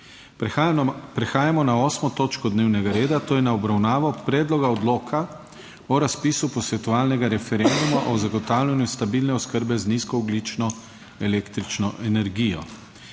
obravnaval točko dnevnega reda z naslovom Priprava predloga odloka o razpisu posvetovalnega referenduma o zagotavljanju stabilne oskrbe z nizkoogljično električno energijo,